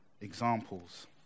examples